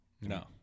No